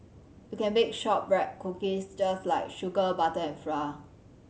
you can bake shortbread cookies just like sugar butter and flour